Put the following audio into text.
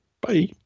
Bye